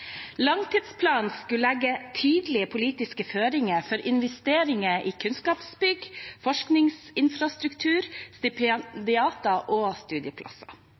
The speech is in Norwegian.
Langtidsplanen skulle legge tydelige politiske føringer for investeringer i kunnskapsbygg, forskningsinfrastruktur, stipendiater og studieplasser.